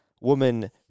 woman